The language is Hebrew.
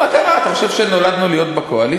נו, מה קרה, אתה חושב שנולדנו להיות בקואליציה?